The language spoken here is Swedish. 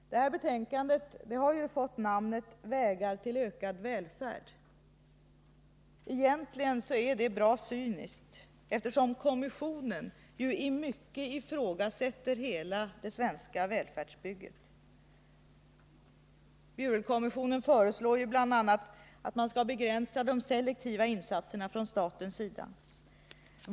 Det betänkandet har ju fått namnet Vägar till ökad välfärd. Egentligen är det bra cyniskt, eftersom ju kommissionen i mycket ifrågasätter hela det svenska välfärdsbygget. Bjurelkommissionen föreslår bl.a. att man skall begränsa de selektiva insatserna från statens sida.